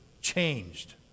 changed